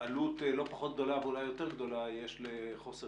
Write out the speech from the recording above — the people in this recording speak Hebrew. עלות לא פחות גדולה ואולי יותר גדולה יש לחוסר